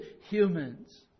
humans